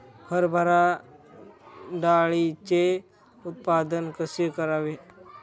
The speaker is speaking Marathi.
हरभरा डाळीचे उत्पादन कसे करावे?